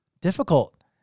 difficult